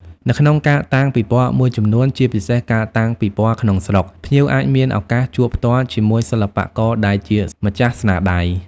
នៅក្នុងការតាំងពិពណ៌មួយចំនួន ជាពិសេសការតាំងពិពណ៌ក្នុងស្រុក ភ្ញៀវអាចមានឱកាសជួបផ្ទាល់ជាមួយសិល្បករដែលជាម្ចាស់ស្នាដៃ។